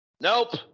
nope